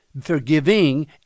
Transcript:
forgiving